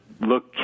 look